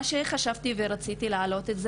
מה שחשבתי ורציתי להעלות: